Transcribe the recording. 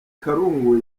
karungu